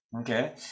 okay